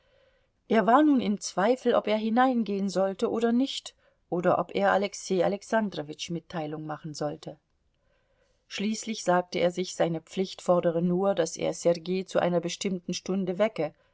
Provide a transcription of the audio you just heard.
er war nun in zweifel ob er hineingehen sollte oder nicht oder ob er alexei alexandrowitsch mitteilung machen sollte schließlich sagte er sich seine pflicht fordere nur daß er sergei zu einer bestimmten stunde wecke